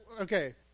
okay